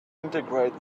integrate